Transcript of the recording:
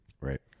Right